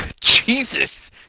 Jesus